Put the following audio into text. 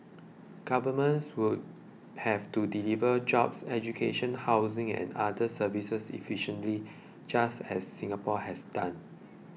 governments would have to deliver jobs education housing and other services efficiently just as Singapore has done